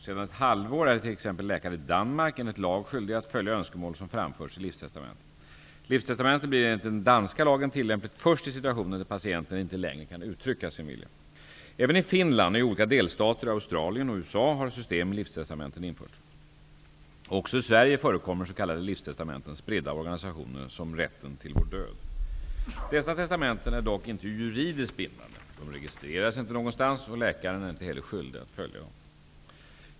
Sedan ett halvår är t.ex. läkare i Danmark enligt lag skyldiga att följa önskemål som framförts i livstestamente. Livstestamentet blir enligt den danska lagen tillämplig först i situationer där patienten inte längre kan uttrycka sin vilja. Även i Finland och i olika delstater i Australien och USA har system med livstestamenten införts. Också i Sverige förekommer s.k. livstestamenten, spridda av organisationer som Rätten till vår död. Dessa testamenten är dock inte juridiskt bindande, de registreras inte någonstans, och läkaren är inte heller skyldig att följa dem.